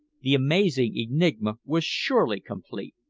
the amazing enigma was surely complete!